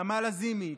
נעמה לזימי,